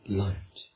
light